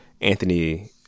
Anthony